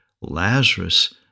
Lazarus